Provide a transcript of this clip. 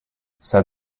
said